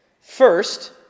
First